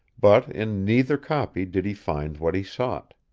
but in neither copy did he find what he sought.